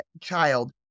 child